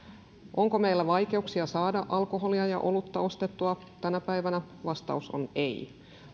onko meillä vaikeuksia saada alkoholia ja olutta ostettua tänä päivänä vastaus on ei